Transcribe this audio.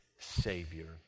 Savior